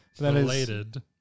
Related